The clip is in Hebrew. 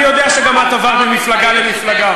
אני יודע שגם את עברת ממפלגה למפלגה.